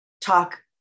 talk